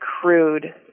crude